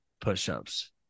push-ups